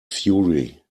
fury